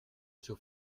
zur